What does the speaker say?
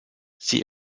sie